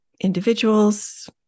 individuals